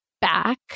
back